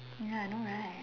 ya I know right